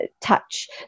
touch